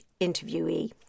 interviewee